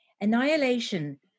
Annihilation